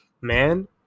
man